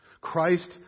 Christ